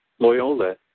Loyola